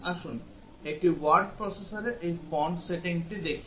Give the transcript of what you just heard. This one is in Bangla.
আসুন একটি ওয়ার্ড প্রসেসরে এই ফন্ট সেটিংটি দেখি